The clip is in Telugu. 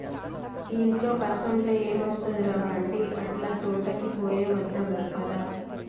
ఇంట్లో కుసంటే ఎం ఒస్తది ర బంటీ, అట్లా తోటకి పోయి వద్దాం పద